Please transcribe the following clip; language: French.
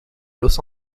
los